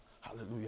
Hallelujah